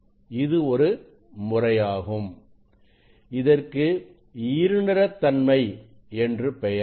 இது ஒரு முறையாகும் இதற்கு இருநிறத்தன்மை என்று பெயர்